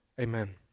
amen